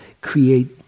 create